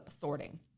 sorting